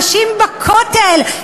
נשים בכותל,